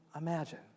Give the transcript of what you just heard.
imagine